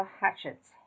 hatchets